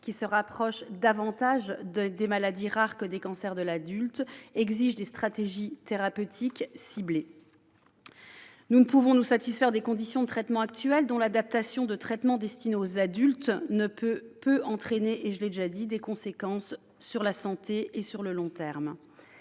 qui se rapprochent davantage des maladies rares que des cancers de l'adulte, exige des stratégies thérapeutiques ciblées. Nous ne pouvons pas nous satisfaire des conditions de traitement actuelles, dont l'adaptation de traitements destinés aux adultes peut entraîner- je l'ai déjà souligné -de lourdes conséquences sur la santé à long terme.